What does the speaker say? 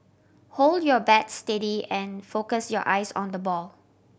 hold your bat steady and focus your eyes on the ball